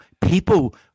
People